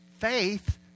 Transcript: faith